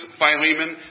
Philemon